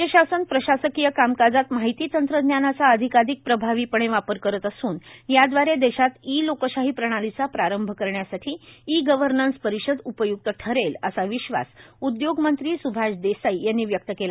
राज्य शासन प्रशासकीय कामकाजात माहिती तंत्रज्ञानाचा अधिकाधिक प्रभावीपणे वापर करत असून यादवारे देशात ई लोकशाही प्रणालीचा प्रारंभ करण्यासाठी ई गव्हर्नन्स परिषद उपय्क्त ठरेल असा विश्वास उद्योगमंत्री स्भाष देसाई यांनी व्यक्त केला